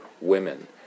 women